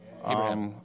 Abraham